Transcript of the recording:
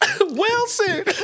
Wilson